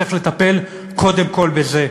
צריך לטפל קודם כול בזה.